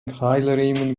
keilriemen